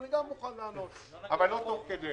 אני גם מוכן לענות אבל לא תוך כדי